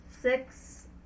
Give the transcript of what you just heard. Six